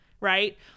Right